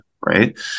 right